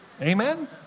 Amen